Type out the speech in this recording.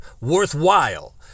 worthwhile